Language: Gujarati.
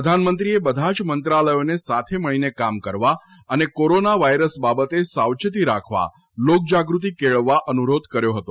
પ્રધાનમંત્રીએ બધા જ મંત્રાલયોને સાથે મળીને કામ કરવા અને કોરોના વાયરસ બાબતે સાવચેતી રાખવા લોકજાગૃતિ કેળવવા અનુરોધ કર્યો હતો